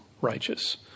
righteous